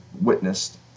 witnessed